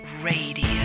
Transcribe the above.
Radio